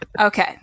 Okay